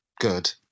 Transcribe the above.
good